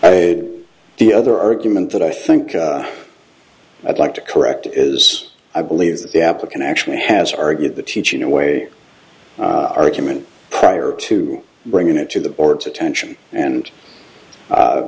on the other argument that i think i'd like to correct is i believe that the applicant actually has argued the teaching away argument prior to bringing it to the board's attention and